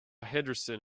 henderson